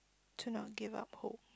to not give up hope